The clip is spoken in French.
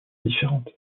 différente